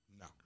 No